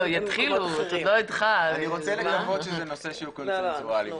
בוא נגיד שאני רוצה לקוות שזה נושא קונצנזואלי.